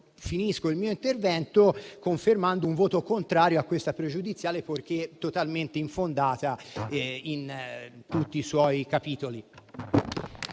Concludo il mio intervento confermando un voto contrario alla questione pregiudiziale, perché totalmente infondata in tutti i suoi capitoli.